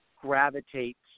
gravitates